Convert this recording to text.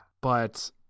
but-